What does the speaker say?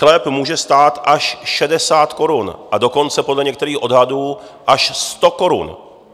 Chléb může stát až 60 korun, dokonce podle některých odhadů až 100 korun.